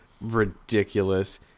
ridiculous